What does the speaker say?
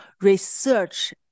research